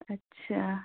अच्छा